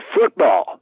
football